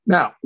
Now